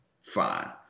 fine